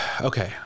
okay